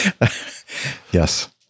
Yes